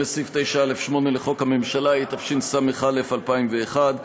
לסעיף 9(א)(8) לחוק הממשלה, התשס"א 2001,